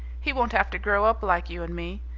he won't have to grow up like you and me.